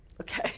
Okay